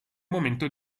momento